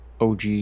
OG